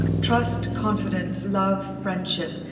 trust, confidence, love, friendship,